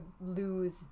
lose